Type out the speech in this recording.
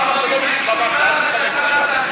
בפעם הקודמת התחמקת, אל תתחמק עכשיו.